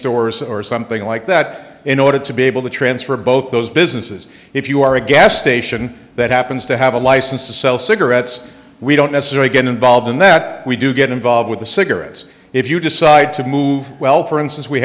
stores or something like that in order to be able to transfer both those businesses if you are a gas station that happens to have a license to sell cigarettes we don't necessarily get involved in that we do get involved with the cigarettes if you decide to move well for instance we